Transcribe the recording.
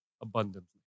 abundantly